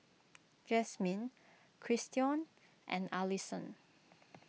Jasmin Christion and Allyson